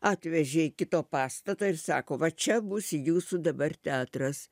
atvežė iki to pastato ir sako va čia bus jūsų dabar teatras